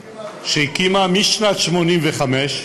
שהקימה, משנת 1985,